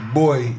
boy